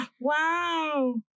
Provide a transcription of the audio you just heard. Wow